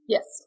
Yes